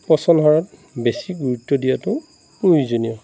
পচন সাৰত বেছি গুৰুত্ব দিয়াটো প্ৰয়োজনীয়